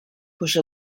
push